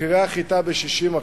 מחירי החיטה ב-60%,